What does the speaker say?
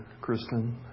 Kristen